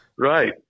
Right